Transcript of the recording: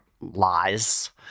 lies